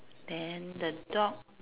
then the dog